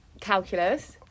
calculus